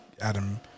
Adam